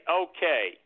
okay